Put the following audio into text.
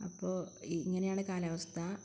അപ്പോള് ഇങ്ങനെയാണ് കാലാവസ്ഥ